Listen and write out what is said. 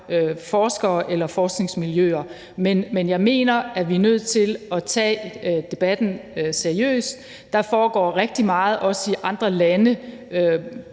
forskere eller forskningsmiljøer, men jeg mener, at vi er nødt til at tage debatten seriøst. Der foregår rigtig meget på det her